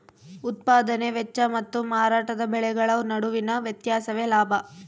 ಉತ್ಪದಾನೆ ವೆಚ್ಚ ಮತ್ತು ಮಾರಾಟದ ಬೆಲೆಗಳ ನಡುವಿನ ವ್ಯತ್ಯಾಸವೇ ಲಾಭ